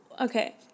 okay